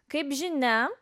kaip žinia